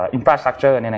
Infrastructure